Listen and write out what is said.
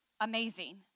amazing